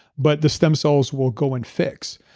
but the stem cells will go and fix.